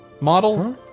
model